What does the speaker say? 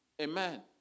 Amen